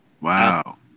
Wow